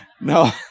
no